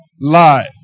life